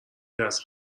دست